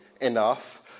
enough